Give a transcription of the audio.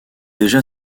déjà